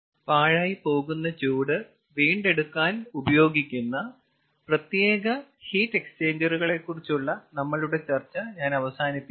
പാഴായി പോകുന്ന ചൂട് വീണ്ടെടുക്കാൻ ഉപയോഗിക്കുന്ന പ്രത്യേക ഹീറ്റ് എക്സ്ചേഞ്ചറുകളെക്കുറിച്ചുള്ള നമ്മളുടെ ചർച്ച ഞാൻ അവസാനിപ്പിക്കുന്നു